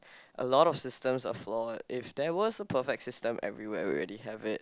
a lot of systems are flawed if there was a perfect system everywhere we already have it